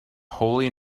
holy